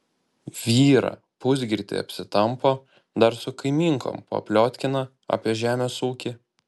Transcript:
vyrą pusgirtį apsitampo dar su kaimynkom papliotkina apie žemės ūkį